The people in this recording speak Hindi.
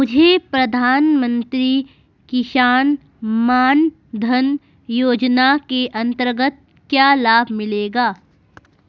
मुझे प्रधानमंत्री किसान मान धन योजना के अंतर्गत क्या लाभ मिलेगा?